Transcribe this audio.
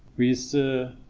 we used to